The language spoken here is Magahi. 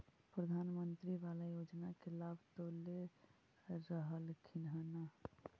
प्रधानमंत्री बाला योजना के लाभ तो ले रहल्खिन ह न?